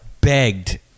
begged